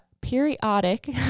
periodic